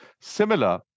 Similar